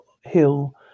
Hill